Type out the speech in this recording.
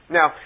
Now